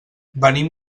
venim